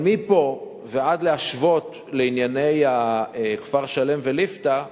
אבל מפה ועד להשוות לענייני כפר-שלם וליפתא,